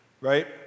right